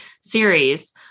series